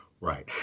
Right